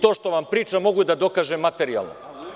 To što vam pričam mogu da dokažem materijalno.